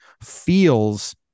feels –